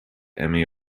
emmy